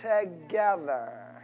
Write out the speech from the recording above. together